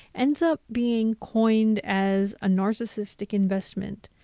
ends up being coined as a narcissistic investment.